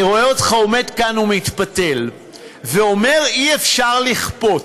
אני רואה אותך עומד כאן ומתפתל ואומר: אי-אפשר לכפות.